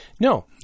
No